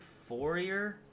fourier